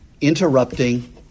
interrupting